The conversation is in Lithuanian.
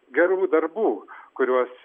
gerų darbų kuriuos